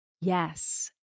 Yes